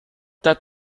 that